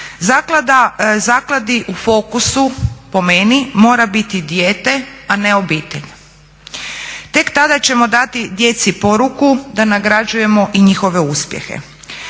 Zakladi u fokusu po meni mora biti dijete a ne obitelj. Tek tada ćemo dati djeci poruku da nagrađujemo i njihove uspjehe.